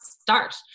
start